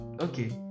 okay